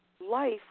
life